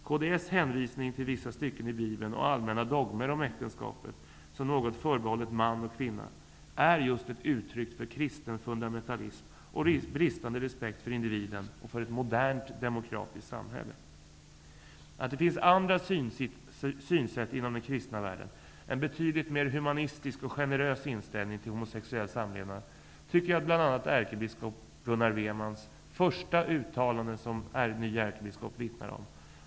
Kds hänvisning till vissa stycken i Bibeln och allmänna dogmer om äktenskapet som något förbehållet man och kvinna är just ett uttryck för kristen fundamentalism och bristande respekt för individen och för ett modernt demokratiskt samhälle. Att det finns andra synsätt inom den kristna världen -- en betydligt mer humanistisk och generös inställning till homosexuell samlevnad -- tycker jag att bl.a. ärkebiskop Gunnar Wemans första uttalande som ny ärkebiskop vittar om.